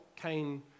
Cain